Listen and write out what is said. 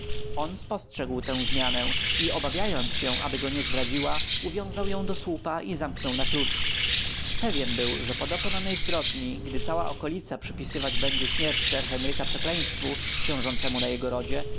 on spostrzegł tę zmianę i obawiając się aby go nie zdradziła uwiązał ją do słupa i zamknął na klucz pewien był że po dokonanej zbrodni gdy cała okolica przypisywać będzie śmierć sir henryka przekleństwu ciążącemu na jego rodzie